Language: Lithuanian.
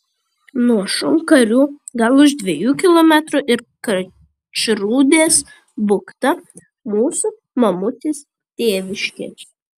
nuo šunkarių gal už dviejų kilometrų ir karčrūdės bukta mūsų mamutės tėviškė